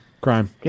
crime